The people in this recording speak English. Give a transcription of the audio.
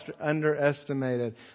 underestimated